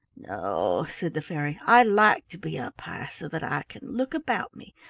no, said the fairy, i like to be up high so that i can look about me,